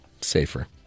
Safer